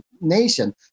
nation